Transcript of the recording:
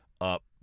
up